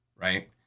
Right